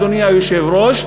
אדוני היושב-ראש,